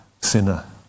sinner